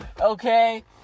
Okay